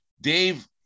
Dave